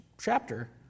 chapter